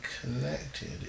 connected